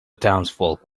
townsfolk